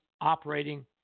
operating